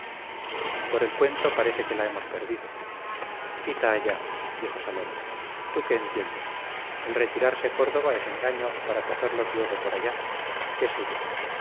por el cuento parece que la hemos perdido quita allá dijo saloma tú qué entiendes el retirarse córdoba es engaño para cogerlos luego por allá qué sé yo